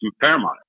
paramount